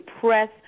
press